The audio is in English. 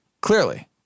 Clearly